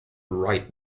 right